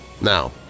Now